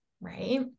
right